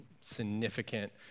significant